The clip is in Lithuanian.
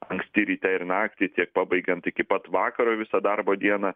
anksti ryte ir naktį tiek pabaigiant iki pat vakaro visą darbo dieną